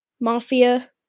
mafia